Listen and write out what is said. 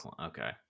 Okay